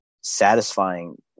satisfying